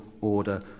order